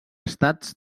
estats